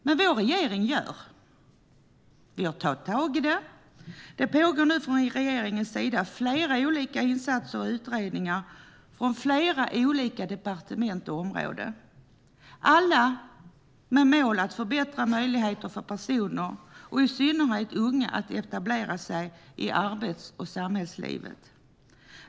Men vår regering gör saker, och vi har tagit tag i detta. Det pågår nu från regeringens sida flera olika insatser och utredningar från flera olika departement och områden, alla med målet att förbättra möjligheterna för personer, i synnerhet unga, att etablera sig i arbets och samhällslivet.